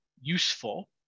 useful